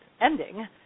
ending